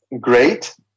Great